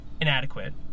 inadequate